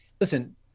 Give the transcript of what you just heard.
listen